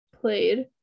played